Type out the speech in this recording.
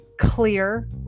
clear